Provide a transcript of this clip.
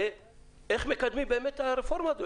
ואיך מקדמים באמת את הרפורמה הזאת.